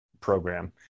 program